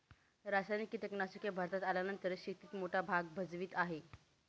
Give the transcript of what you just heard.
रासायनिक कीटनाशके भारतात आल्यानंतर शेतीत मोठा भाग भजवीत आहे